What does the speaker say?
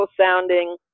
sounding